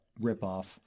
ripoff